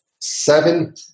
seven